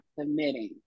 committing